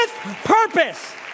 purpose